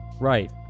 Right